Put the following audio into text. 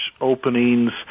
openings